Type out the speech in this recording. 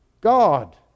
God